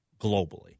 globally